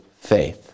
faith